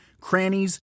crannies